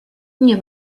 nie